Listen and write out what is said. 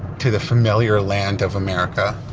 to the familiar land of america.